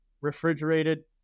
refrigerated